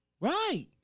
right